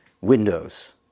windows